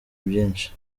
byinshi